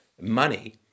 money